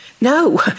No